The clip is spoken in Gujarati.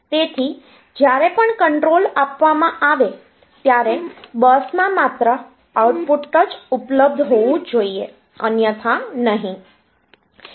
તેથી જ્યારે પણ કંટ્રોલ આપવામાં આવે ત્યારે બસમાં માત્ર આઉટપુટ જ ઉપલબ્ધ હોવું જોઈએ અન્યથા નહીં